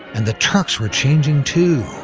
and the trucks were changing too.